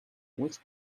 which